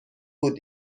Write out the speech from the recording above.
بود